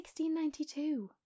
1692